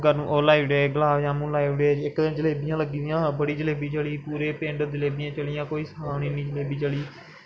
ओह् गुलाब जामून लाई ओड़े इक दिन जलेबियां लग्गी दियां हां बड़ी जलेबी चली पूरे पिंडे जलेबियां चलियां कोई हिसाब नी पूरे पिंड जलेबी चली